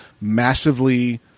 massively